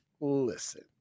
listen